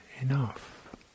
enough